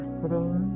sitting